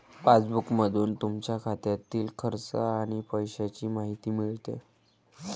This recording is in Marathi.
पासबुकमधून तुमच्या खात्यातील खर्च आणि पैशांची माहिती मिळते